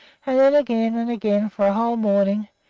and then again and again for a whole morning,